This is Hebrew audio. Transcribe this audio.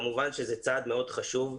כמובן שזה צעד מאוד חשוב.